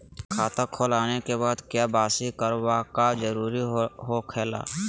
खाता खोल आने के बाद क्या बासी करावे का जरूरी हो खेला?